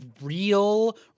real